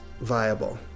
viable